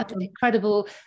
incredible